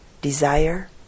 desire